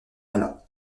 alla